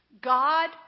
God